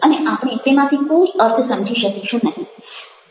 અને આપણે તેમાંથી અર્થ સમજી શકીશું નહિ